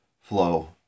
flow